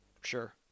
Sure